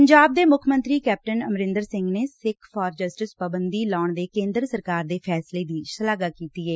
ਪੰਜਾਬ ਦੇ ਮੁੱਖ ਮੰਤਰੀ ਕੈਪਟਨ ਅਮਰੰਦਰ ਸਿੰਘ ਨੇ ਸਿੱਖਸ ਫਾਰ ਜਸਟਿਸ ਪਾਬੰਦੀ ਲਾਉਣ ਦੇ ਕੇਂਦਰ ਸਰਕਾਰ ਦੇ ਫੈਸਲੇ ਦੀ ਸ਼ਲਾਘਾ ਕੀਤੀ ਏ